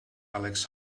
alex